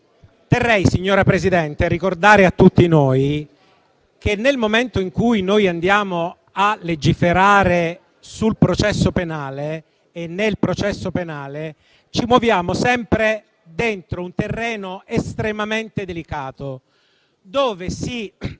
terrei, signora Presidente, a ricordare a tutti noi che, nel momento in cui andiamo a legiferare sul processo penale e nel processo penale, ci muoviamo sempre dentro un terreno estremamente delicato, dove si